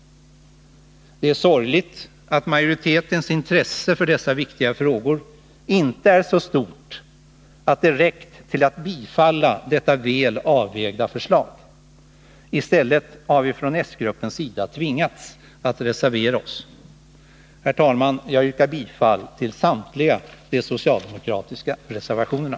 Det är sorgligt att majoritetens intresse för dessa viktiga frågor inte är så stort att det räckt till för att biträda detta väl avvägda förslag. I stället har vi från s-gruppens sida tvingats att reservera oss. Herr talman! Jag yrkar bifall till samtliga de socialdemokratiska reservationerna.